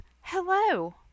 hello